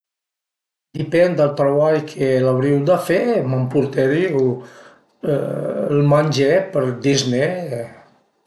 A dipend dal travai che l'avrìu da fe, ma më purterìu ël mangé për ël dizné e